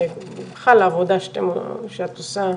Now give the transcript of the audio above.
בכלל העבודה שאת עושה,